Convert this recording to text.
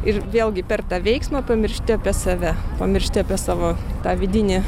ir vėlgi per tą veiksmą pamiršti apie save pamiršti apie savo tą vidinį